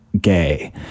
gay